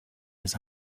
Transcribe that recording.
his